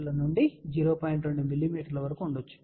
2 మిమీ వరకు ఉండవచ్చు